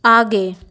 आगे